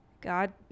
God